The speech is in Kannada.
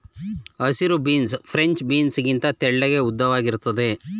ಹಸಿರು ಬೀನ್ಸು ಫ್ರೆಂಚ್ ಬೀನ್ಸ್ ಗಿಂತ ತೆಳ್ಳಗೆ ಉದ್ದವಾಗಿರುತ್ತದೆ